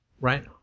right